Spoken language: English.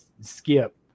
skip